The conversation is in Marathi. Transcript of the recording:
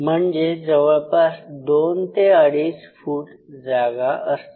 म्हणजे जवळपास दोन ते अडीच फुट जागा असते